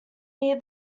near